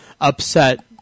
upset